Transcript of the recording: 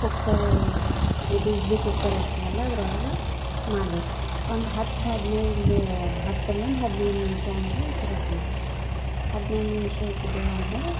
ಕುಕ್ಕರ ಇದು ಇಡ್ಲಿ ಕುಕ್ಕರ್ ಇರ್ತದಲ್ಲ ಅದ್ರೊಳಗೆ ಮಾಡಬೇಕು ಒಂದು ಹತ್ತು ಹದ್ನೈದು ಹತ್ತರಿಂದ ಹದ್ನೈದು ನಿಮ್ಷಕ್ಕೆ ಇಡ್ಬೇಕು ನಾವು ಹದ್ನೈದು ನಿಮ್ಷ ಇಕ್ಕಿದ್ದೇವೆಂದ್ರೆ